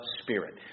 Spirit